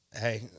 Hey